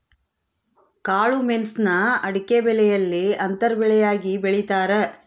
ಕಾಳುಮೆಣುಸ್ನ ಅಡಿಕೆಬೆಲೆಯಲ್ಲಿ ಅಂತರ ಬೆಳೆಯಾಗಿ ಬೆಳೀತಾರ